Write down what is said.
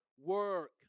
work